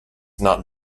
not